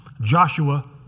Joshua